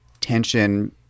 tension